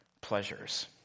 pleasures